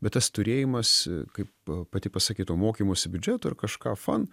bet tas turėjimas kaip pati pasakytei to mokymosi biudžeto ar kažką fan